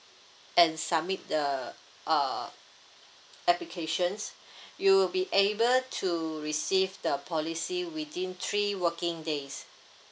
and submit the err applications you will be able to receive the policy within three working days